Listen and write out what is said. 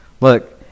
Look